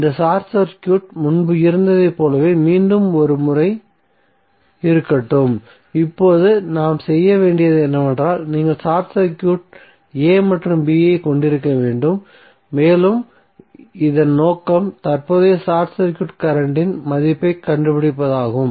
இந்த சர்க்யூட் முன்பு இருந்ததைப் போலவே மீண்டும் ஒரு முறை இருக்கட்டும் இப்போது நாம் செய்ய வேண்டியது என்னவென்றால் நீங்கள் ஷார்ட் சர்க்யூட் a மற்றும் b ஐ கொண்டிருக்க வேண்டும் மேலும் இதன் நோக்கம் தற்போதைய ஷார்ட் சர்க்யூட் கரண்ட்டின் மதிப்பைக் கண்டுபிடிப்பதாகும்